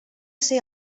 ser